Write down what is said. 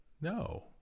No